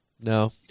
No